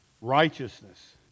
Righteousness